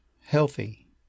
healthy